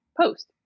post